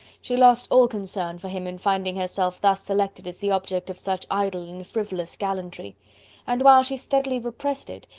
she lost all concern for him in finding herself thus selected as the object of such idle and frivolous gallantry and while she steadily repressed it,